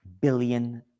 billion